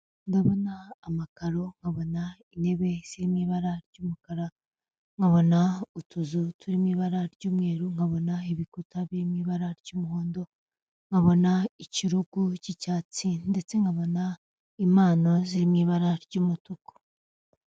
Ndabona amakaro, nkabona intebe ziri mu ibara ry'umukara, nkabona utuzu turi mu ibara ry'umweru, nkabona ibikuta biri mu ibara ry'umuhondo, nkabona ikirugu cy'icyatsi ndetse nkabona impano zi mu ibara ry'umutuku.